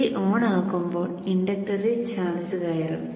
BJT on ആകുമ്പോൾ ഇൻഡക്ടറിൽ charge കയറും